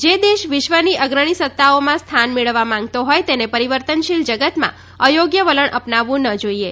જે દેશ વિશ્વની અગ્રણી સત્તાઓમાં સ્થાન મેળવવા માંગતો હોય તેને પરિવર્તનશીલ જગતમાં અયોગ્ય વલણ અપનાવવું ન જોઈએ